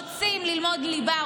רוצים ללמוד ליבה,